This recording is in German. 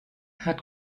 hat